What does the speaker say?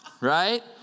right